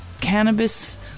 cannabis